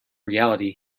reality